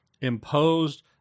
imposed